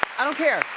i don't care.